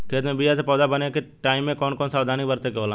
खेत मे बीया से पौधा बने तक के टाइम मे कौन कौन सावधानी बरते के होला?